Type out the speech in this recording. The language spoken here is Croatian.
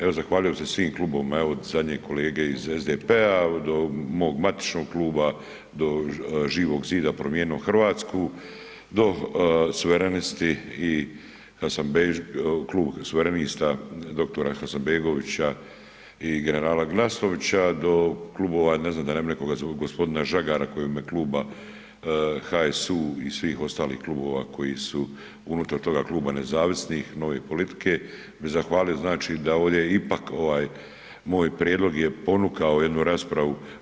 Evo zahvaljujem se svim Klubovima, evo do zadnjeg kolege iz SDP-a, do mog matičnog Kluba, do Živog zida, Promijenimo Hrvatsku, do Suverenisti i, Klub suverenista doktora Hasanbegovića i generala Glasnovića, do Klubova, ne znam da ne bi nekoga zaboravio, gospodina Žagara koji je u ime Kluba HSU, i svih ostalih Klubova koji su unutar toga Kluba nezavisnih, Nove politike bi zahvalio znači da ovdje ipak ovaj moj prijedlog je ponukao jednu raspravu.